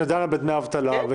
שדנה בדמי האבטלה.